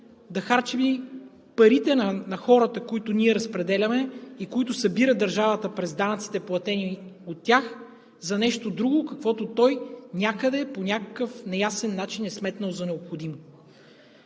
да харчи парите на хората, които ние разпределяме и които събира държавата през данъците, платени от тях, за нещо друго, каквото той някъде, по-някакъв неясен начин е сметнал за необходимо.